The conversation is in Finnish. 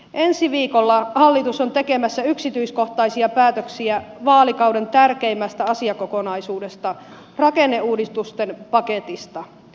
ensi viikolla hallitus on tekemässä yksityiskohtaisia päätöksiä vaalikauden tärkeimmästä asiakokonaisuudesta rakenneuudistusten paketista